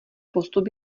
postup